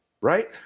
right